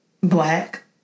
Black